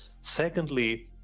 Secondly